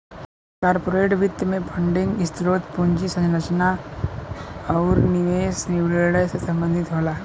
corporate वित्त में funding स्रोत, पूंजी संरचना आुर निवेश निर्णय से संबंधित होला